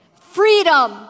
Freedom